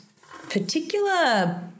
particular